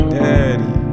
daddy